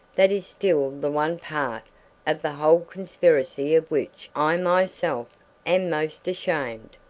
that is still the one part of the whole conspiracy of which i myself am most ashamed.